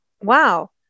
Wow